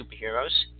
superheroes